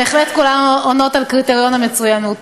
הן בהחלט כולן עונות על קריטריון המצוינות.